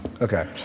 Okay